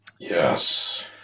Yes